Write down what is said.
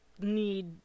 need